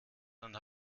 dann